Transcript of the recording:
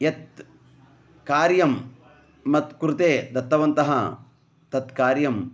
यत् कार्यं मत्कृते दत्तवन्तः तत् कार्यं